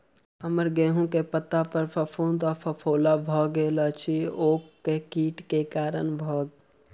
हम्मर गेंहूँ केँ पत्ता पर फफूंद आ फफोला भऽ गेल अछि, ओ केँ कीट केँ कारण भेल अछि?